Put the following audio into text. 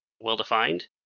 well-defined